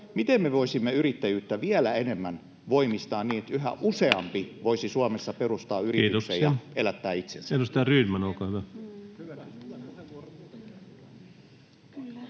miten me voisimme yrittäjyyttä vielä enemmän voimistaa niin, että yhä useampi voisi Suomessa perustaa yrityksen ja elättää itsensä? Kiitoksia. — Edustaja Rydman, olkaa hyvä.